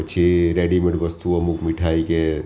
પછી રેડીમેડ વસ્તુઓ અમુક મીઠાઈ કે